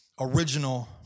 original